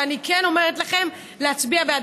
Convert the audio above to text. ואני כן אומרת לכם להצביע בעד.